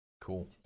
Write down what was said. Cool